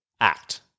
act